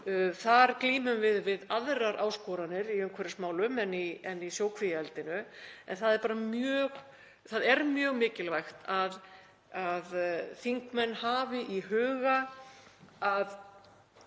Þar glímum við við aðrar áskoranir í umhverfismálum en í sjókvíaeldinu. En það er bara mjög mikilvægt að þingmenn hafi í huga að